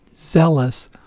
zealous